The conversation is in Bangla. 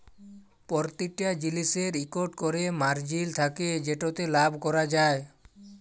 পরতিটা জিলিসের ইকট ক্যরে মারজিল থ্যাকে যেটতে লাভ ক্যরা যায়